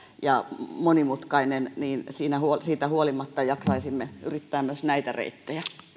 ja monimutkainen niin siitä huolimatta jaksaisimme yrittää myös näitä reittejä